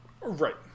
right